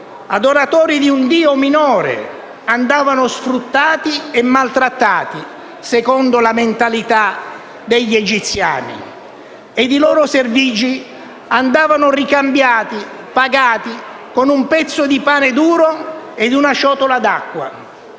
adoratori di un Dio minore, andavano sfruttati e maltrattati (secondo la mentalità degli egiziani) ed i loro servigi andavano ricambiati, pagati, con un pezzo di pane duro ed una ciotola d'acqua.